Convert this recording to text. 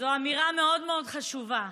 זו אמירה מאוד מאוד חשובה.